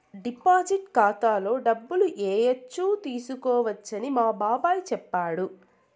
deposit ఖాతాలో డబ్బులు ఏయచ్చు తీసుకోవచ్చని మా బాబాయ్ చెప్పాడు